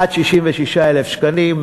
עד 66,000 שקלים,